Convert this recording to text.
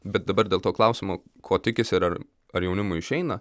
bet dabar dėl to klausimo ko tikisi ir ar ar jaunimui išeina